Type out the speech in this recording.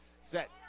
Set